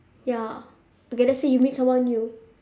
ya okay let's say you meet someone new